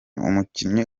umukinnyi